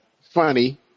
funny